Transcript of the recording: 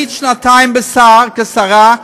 היית שנתיים שרה,